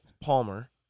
Palmer